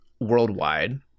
worldwide